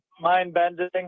mind-bending